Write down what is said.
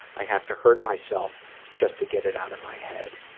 i have to hurt myself just to get it out of my head.